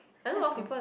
that's all